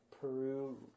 Peru